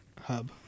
hub